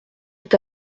est